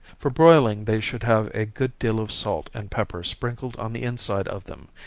for broiling, they should have a good deal of salt and pepper sprinkled on the inside of them,